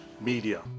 media